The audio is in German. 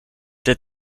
der